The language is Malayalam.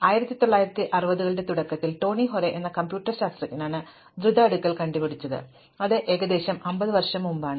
അതിനാൽ 1960 കളുടെ തുടക്കത്തിൽ ടോണി ഹോറെ എന്ന കമ്പ്യൂട്ടർ ശാസ്ത്രജ്ഞനാണ് ദ്രുത അടുക്കൽ കണ്ടുപിടിച്ചത് അത് ഏകദേശം 50 വർഷം മുമ്പാണ്